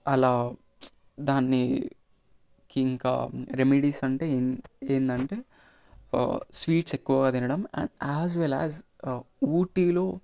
అలా డానికి ఇంకా రెమిడీస్ అంటే ఏమి ఏంటంటే స్వీట్స్ ఎక్కువగా తినడం అండ్ యాజ్ వెల్ యాజ్ ఊటీలో